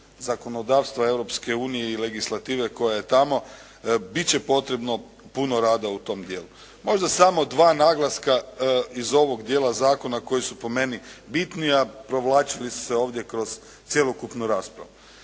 zakonodavstva Europske unije i legislative koja je tamo. Bit će potrebno puno rada u tom dijelu. Možda samo dva naglaska iz ovog dijela zakona koji su po meni bitni, a provlačili su se ovdje kroz cjelokupnu raspravu.